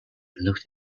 looked